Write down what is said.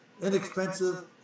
inexpensive